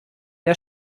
der